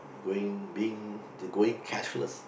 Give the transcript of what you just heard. going being going cashless